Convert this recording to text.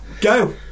Go